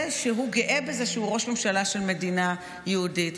שהוא גאה בזה שהוא ראש ממשלה של מדינה יהודית.